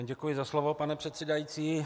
Děkuji za slovo, pane předsedající.